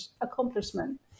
accomplishment